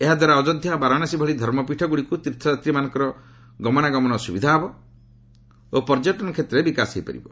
ଏହାଦ୍ୱାରା ଅଯୋଧ୍ଧା ଓ ବାରାଣାସୀ ଭଳି ଧର୍ମପୀଠଗୁଡ଼ିକୁ ତୀର୍ଥଯାତ୍ରୀମାନଙ୍କ ପାଇଁ ଗମନାଗମନ ସୁବିଧା ହେବ ଓ ପର୍ଯ୍ୟଟନ କ୍ଷେତ୍ରରେ ବିକାଶ ହୋଇପାରିବ